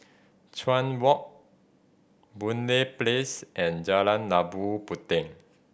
Chuan Walk Boon Lay Place and Jalan Labu Puteh